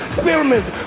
experiments